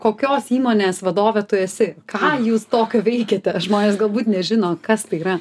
kokios įmonės vadovė tu esi ką jūs tokio veikiate žmonės galbūt nežino kas tai yra